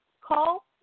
call